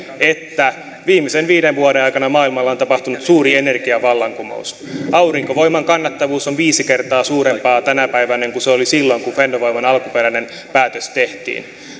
että viimeisen viiden vuoden aikana maailmalla on tapahtunut suuri energiavallankumous aurinkovoiman kannattavuus on viisi kertaa suurempaa tänä päivänä kuin se oli silloin kun fennovoiman alkuperäinen päätös tehtiin